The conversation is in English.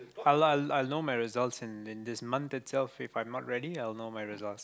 I'll I'll I'll know my results in in this month itself if I'm not ready I'll know my results